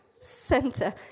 center